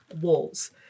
walls